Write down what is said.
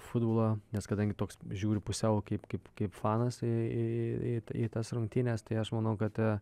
futbolą nes kadangi toks žiūriu pusiau kaip kaip kaip fanas į į tas rungtynes tai aš manau kad